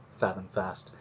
Fathomfast